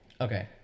Okay